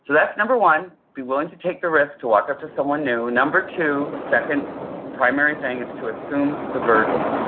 so that's number one, be willing to take the risk to walk up to someone new number two, second primary thing is to assume the burden.